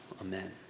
Amen